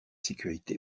sécurité